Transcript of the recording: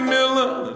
Miller